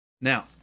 Now